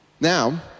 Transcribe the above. now